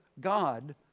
god